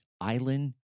island